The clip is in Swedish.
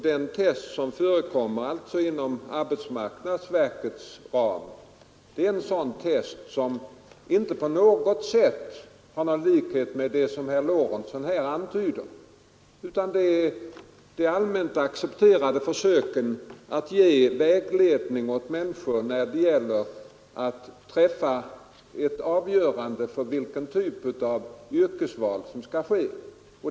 Det test som förekommer inom arbetsmarknadsverkets ram har inte någon som helst likhet med det som herr Lorentzon här talar om utan det utgör en del av de allmänt accepterade försöken att ge vägledning åt människor när det gäller att träffa ett avgörande om vilken typ av yrke som skall väljas.